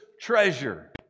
treasure